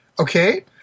Okay